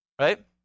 Right